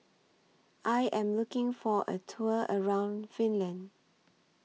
I Am looking For A Tour around Finland